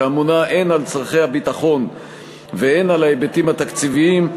שממונה הן על צורכי הביטחון והן על ההיבטים התקציביים,